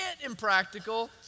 impractical